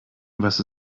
was